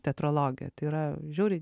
teatrologė tai yra žiauriai